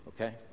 okay